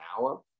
hour